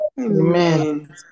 Amen